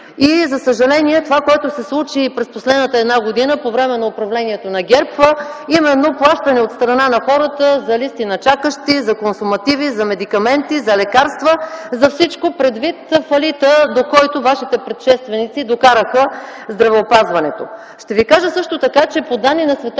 и, за съжаление, това, което се случи и през последната една година по време на управлението на ГЕРБ, а именно плащане от страна на хората за листи на чакащи, за консумативи, за медикаменти, за лекарства, за всичко, предвид фалита, до който Вашите предшественици докараха здравеопазването. Ще Ви кажа също така, че по данни на